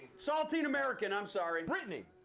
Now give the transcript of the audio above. saltine american, i'm sorry. brittany?